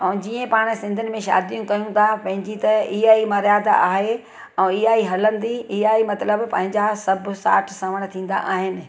ऐं जीअं पाण सिंधियुमि में शादियूं कयूं था पंहिंजी त इहा ई मर्यादा आहे ऐं इहा ई हलंदी ऐं इहा ई मतिलबु पंहिंजा सभु साठ सवण थींदा आहिनि